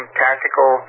tactical